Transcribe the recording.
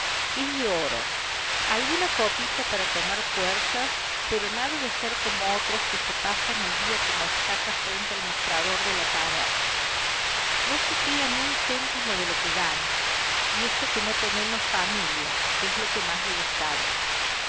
es de oro alguna copita para tomar fuerzas pero nada de ser como otros que se pasan el día como estacas frente al mostrador de la taberna no se queda ni un céntimo de lo que gana y eso que no tenemos familia que es lo que más le gustaría